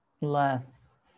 less